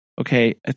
okay